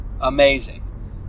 amazing